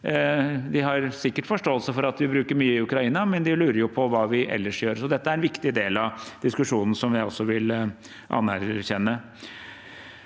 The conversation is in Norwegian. De har sikkert forståelse for at vi bruker mye i Ukraina, men de lurer jo på hva vi ellers gjør, så dette er en viktig del av diskusjonen som jeg også vil anerkjenne.